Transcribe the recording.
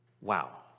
Wow